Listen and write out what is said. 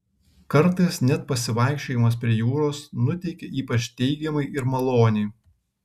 kartais net pasivaikščiojimas prie jūros nuteikia ypač teigiamai ir maloniai